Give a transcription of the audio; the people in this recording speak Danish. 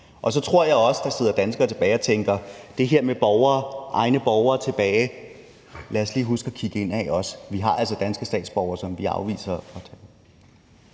er. Så tror jeg også, at der sidder danskere tilbage og tænker i forhold til det her med at tage egne borgere tilbage: Lad os lige huske at kigge indad også; vi har altså danske statsborgere, som vi afviser